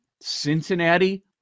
Cincinnati